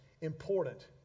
important